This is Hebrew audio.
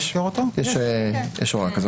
יש הוראה כזו.